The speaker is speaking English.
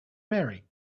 marry